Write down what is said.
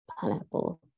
pineapple